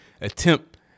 attempt